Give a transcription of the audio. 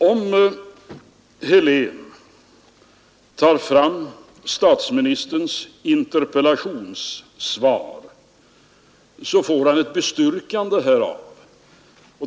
Om herr Helén tar fram statsministerns interpellationssvar, så får han ett bestyrkande härav.